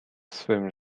swym